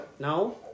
No